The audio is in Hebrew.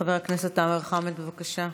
חבר הכנסת עמאר חמד, בבקשה.